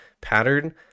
Pattern